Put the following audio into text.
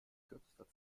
kürzester